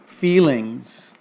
feelings